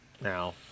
now